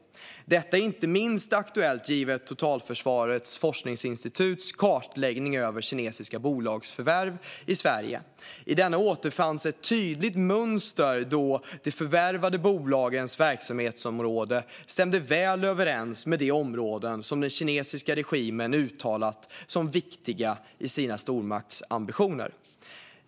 Detta är aktuellt inte minst mot bakgrund av Totalförsvarets forskningsinstituts kartläggning av kinesiska bolagsförvärv i Sverige. I denna beskrevs ett tydligt mönster då de förvärvade bolagens verksamhetsområden stämde väl överens med de områden som den kinesiska regimen uttalat som viktiga i sina stormaktsambitioner.